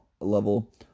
level